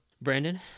Brandon